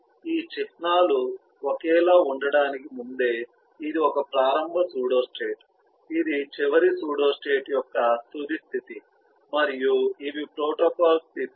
కాబట్టి ఈ చిహ్నాలు ఒకేలా ఉండటానికి ముందే ఇది ఒక ప్రారంభ సూడోస్టేట్ ఇది చివరి సూడోస్టేట్ యొక్క తుది స్థితి మరియు ఇవి ప్రోటోకాల్ స్థితి లు